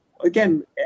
Again